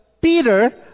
Peter